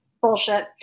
bullshit